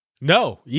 No